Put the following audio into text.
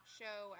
show